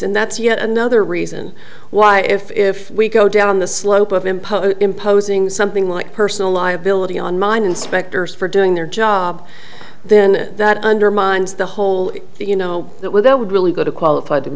and that's yet another reason why if we go down the slope of impose imposing something like personal liability on mine inspectors for doing their job then that undermines the whole you know that we're there would really go to qualified